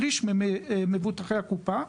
שליש ממבוטחי הקופה,